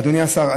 אדוני השר,